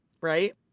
right